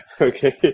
Okay